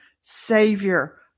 savior